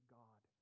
god